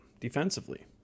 defensively